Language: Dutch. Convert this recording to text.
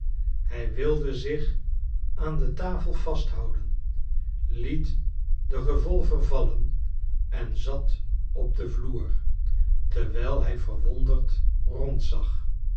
hij wilde zich aan de tafel vasthouden liet den revolver vallen en zat op den vloer terwijl hij verwonderd rond zag